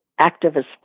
activist